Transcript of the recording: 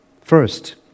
First